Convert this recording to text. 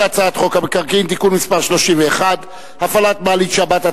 ההצעה להעביר את הצעת חוק המקרקעין (תיקון מס' 31) (הפעלת מעלית שבת),